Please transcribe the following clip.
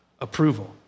approval